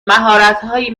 مهارتهایی